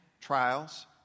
trials